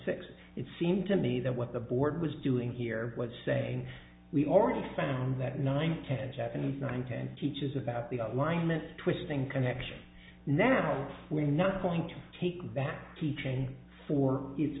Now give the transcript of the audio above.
six it seemed to me that what the board was doing here was saying we already found that nine ten japanese nine ten teaches about the alignment twisting connection now we're not going to take that to train for it